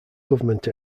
government